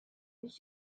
did